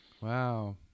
Wow